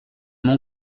mon